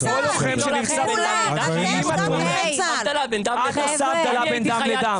את עושה הבדל בין דם לדם.